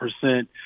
percent